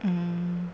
mm